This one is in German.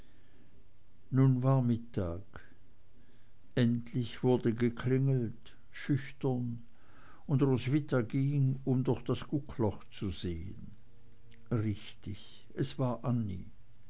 nun war mittag endlich wurde geklingelt schüchtern und roswitha ging um durch das guckloch zu sehen richtig es war annie